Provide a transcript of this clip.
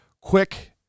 Quick